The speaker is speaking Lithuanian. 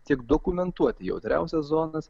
tiek dokumentuoti jautriausias zonas